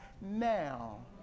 now